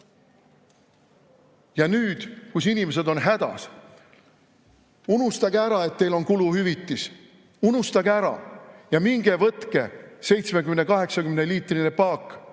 Ja nüüd, kui inimesed on hädas, unustage ära, et teil on kuluhüvitis. Unustage ära! Minge võtke 70-80-liitrine paak